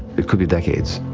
it could be decades,